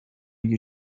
you